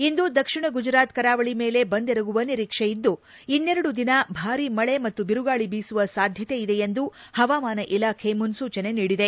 ಇಂದು ದಕ್ಷಿಣ ಗುಜರಾತ್ ಕರಾವಳಿ ಮೇಲೆ ಬಂದೆರಗುವ ನಿರೀಕ್ಷೆಯಿದ್ದು ಇನ್ನೆರಡು ದಿನ ಭಾರಿ ಮಳೆ ಮತ್ತು ಬಿರುಗಾಳಿ ಬೀಸುವ ಸಾಧ್ಯತೆಯಿದೆ ಎಂದು ಪವಾಮಾನ ಇಲಾಖೆ ಮುನ್ಲೂಚನೆ ನೀಡಿದೆ